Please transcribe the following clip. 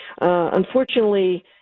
unfortunately